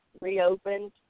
reopened